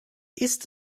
ist